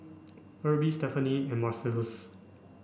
Erby Stephaine and Marcellus